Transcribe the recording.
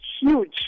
huge